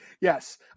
Yes